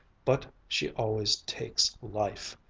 but she always takes life.